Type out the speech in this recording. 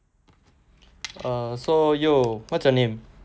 err so you what's your name